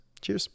Cheers